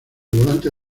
volante